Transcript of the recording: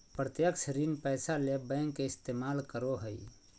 प्रत्यक्ष ऋण पैसा ले बैंक के इस्तमाल करो हइ